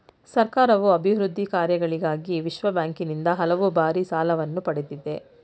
ಸರ್ಕಾರವು ಅಭಿವೃದ್ಧಿ ಕಾರ್ಯಗಳಿಗಾಗಿ ವಿಶ್ವಬ್ಯಾಂಕಿನಿಂದ ಹಲವು ಬಾರಿ ಸಾಲವನ್ನು ಪಡೆದಿದೆ